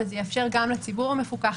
וזה יאפשר גם לציבור המפוקח,